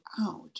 out